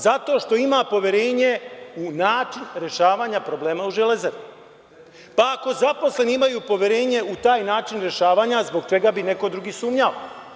Zato što ima poverenje u način rešavanja problema o „Železari“, pa ako zaposleni imaju poverenje u taj način rešavanja zbog čega bi neko drugi sumnjao?